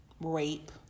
rape